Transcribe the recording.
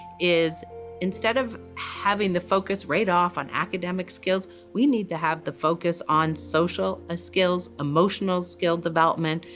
is instead of having the focus right off on academic skills, we need to have the focus on social ah skills, emotional skill development,